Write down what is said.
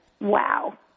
Wow